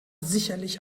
sicherlich